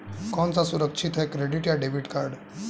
कौन सा सुरक्षित है क्रेडिट या डेबिट कार्ड?